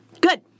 Good